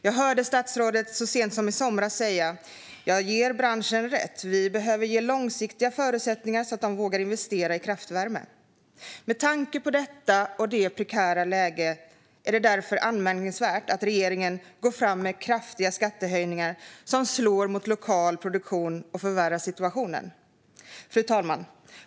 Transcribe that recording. Jag hörde så sent som i somras statsrådet säga: Jag ger branschen rätt. Vi behöver ge långsiktiga förutsättningar så att de vågar investera i kraftvärme. Med tanke på detta och det prekära läget är det därför anmärkningsvärt att regeringen går fram med kraftiga skattehöjningar som slår mot lokal produktion och förvärrar situationen. Fru talman!